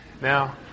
now